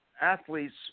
Athletes